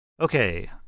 Okay